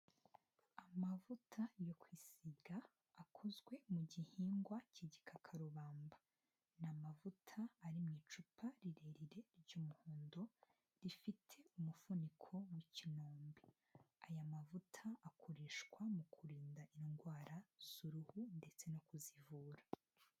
Amavuta yo kwisiga, akozwe mu gihingwa k'igikakarubamba, ni amavuta ari mu icupa rirerire ry'umuhondo, rifite umufuniko w'ikinombe, aya mavuta akoreshwa mu kurinda indwara z'uruhu ndetse no kuzivura.